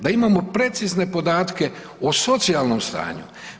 Da imamo precizne podatke o socijalnom stanju.